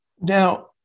Now